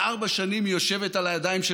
וארבע שנים היא יושבת על הידיים של